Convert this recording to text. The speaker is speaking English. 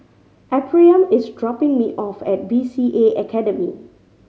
Ephriam is dropping me off at B C A Academy